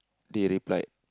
they replied